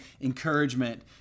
encouragement